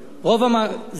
רוב עמלו של אדם בידו.